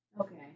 Okay